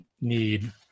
need